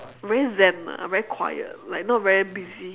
very zen lah very quiet like not very busy